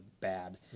bad